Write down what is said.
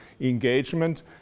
engagement